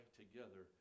together